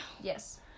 Yes